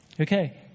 Okay